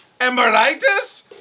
Emeritus